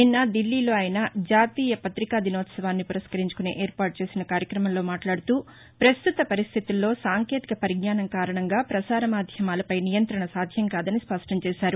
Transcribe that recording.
నిన్న ఢిల్లీలో ఆయన జాతీయ పతికా దినోత్సవాన్ని పురస్కరించుకుని ఏర్పాటు చేసిన కార్యక్రమంలో మాట్లాడుతూ పస్తుత పరిస్టితుల్లో సాంకేతిక పరిజ్ఞానం కారణంగా ప్రసారమాధ్యమాలపై నియంత్రణ సాధ్యం కాదని స్పష్టం చేశారు